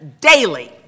daily